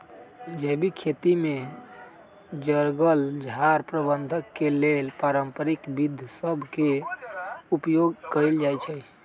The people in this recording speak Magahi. जैविक खेती में जङगल झार प्रबंधन के लेल पारंपरिक विद्ध सभ में उपयोग कएल जाइ छइ